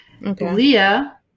Leah